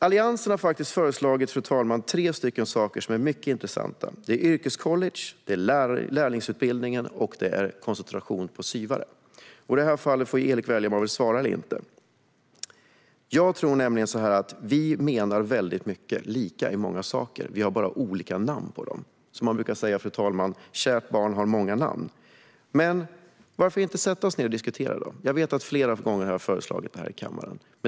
Alliansen har föreslagit tre intressanta saker, nämligen yrkescollege, lärlingsutbildning och en koncentration av SYV:are. I det här fallet får Erik Bengtzboe välja om han vill svara eller inte. Jag tror att vi menar lika i många saker, men vi har bara olika namn på dem. Man brukar säga, fru talman, att kärt barn har många namn. Men varför kan vi inte sätta oss ned och diskutera? Jag har föreslagit det flera gånger i kammaren.